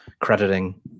crediting